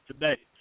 today